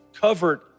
covered